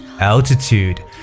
altitude